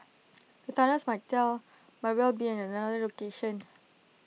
the tunnels might tell might well be at another location